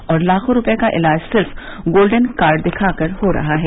और लाखों रुपये का इलाज सिर्फ गोल्डन कार्ड दिखाकर हो रहा है